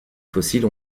fossiles